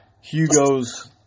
Hugo's